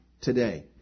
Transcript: today